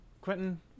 quentin